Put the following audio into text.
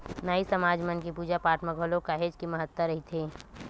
नाई समाज मन के पूजा पाठ म घलो काहेच के महत्ता रहिथे